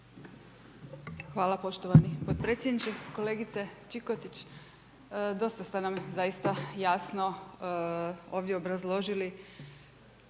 Hvala poštovani podpredsjedniče. Kolegice Čikotić, dosta ste nam zaista jasno ovdje obrazložili